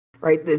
right